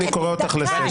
אני קורא אותך לסדר.